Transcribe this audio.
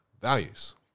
values